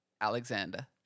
Alexander